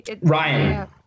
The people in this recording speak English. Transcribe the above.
Ryan